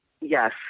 Yes